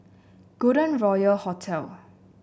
Golden Royal Hotel